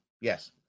yes